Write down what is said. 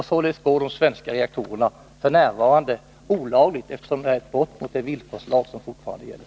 Således går de svenska reaktorerna f. n. olagligt, eftersom de är ett brott mot den villkorslag som fortfarande gäller.